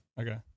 Okay